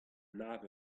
nav